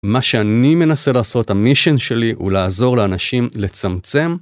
מה שאני מנסה לעשות ה-Mission שלי הוא לעזור לאנשים לצמצם